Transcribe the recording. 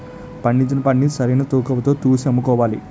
పండించిన పంటల్ని సరైన తూకవతో తూసి అమ్ముకోవాలి